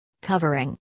covering